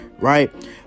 right